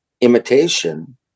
imitation